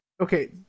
Okay